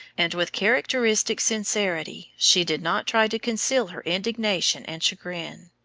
and with characteristic sincerity she did not try to conceal her indignation and chagrin.